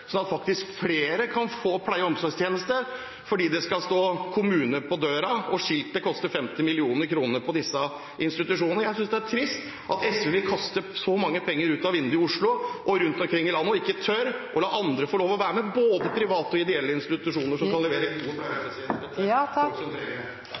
sånn at faktisk flere kan få pleie- og omsorgstjenester – fordi det skal stå «kommune» på døren. Skiltingen på disse institusjonene koster 50 mill. kr. Jeg synes det er trist at SV vil kaste så mange penger ut av vinduet i Oslo og rundt omkring i landet og ikke tør å la både private og ideelle institusjoner levere gode pleie- og omsorgstjenester til folk som